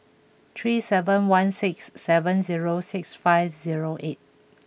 three seven one six seven zero six five zero eight